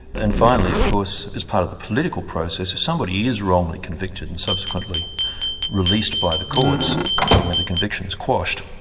and finally, of course, as part of the political process, if somebody is wrongly convicted and subsequently released by the courts, when the conviction's quashed,